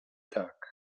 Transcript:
tak